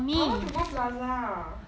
I want to go plaza